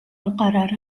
القرار